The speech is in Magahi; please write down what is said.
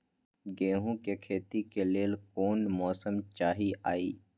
गेंहू के खेती के लेल कोन मौसम चाही अई?